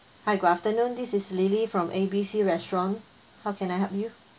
hi good afternoon this is lily from A B C restaurant how can I help you